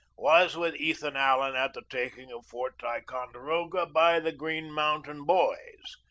was with ethan allen at the taking of fort ticonderoga by the green moun tain boys.